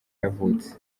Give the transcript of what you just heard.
yavutse